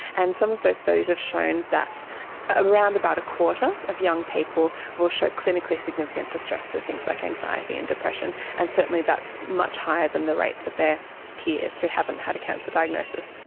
and some of those studies have shown that around about a quarter of young people will show clinically significant distress with things like anxiety and depression, and certainly that's much higher than the rates of their peers who haven't had a cancer diagnosis.